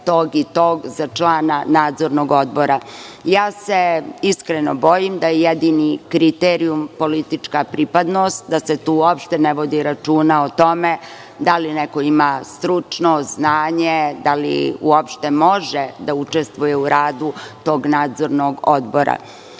tog i tog, za člana nadzornog odbora? Iskreno se bojim da je jedini kriterijum politička pripadnost, da se tu uopšte ne vodi računa o tome da li neko ima stručno znanje, da li uopšte može da učestvuje u radu tog nadzornog odbora. Do